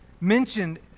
mentioned